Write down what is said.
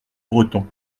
breton